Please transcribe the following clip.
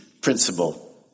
principle